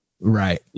Right